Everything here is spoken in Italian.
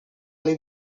alle